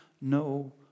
no